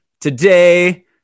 Today